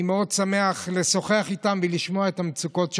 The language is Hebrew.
אני מאוד שמח לשוחח איתם ולשמוע את המצוקות שלהם.